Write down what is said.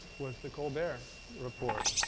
was the colbert report.